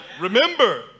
Remember